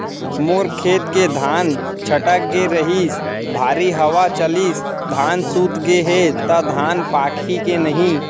मोर खेत के धान छटक गे रहीस, भारी हवा चलिस, धान सूत गे हे, त धान पाकही के नहीं?